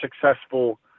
successful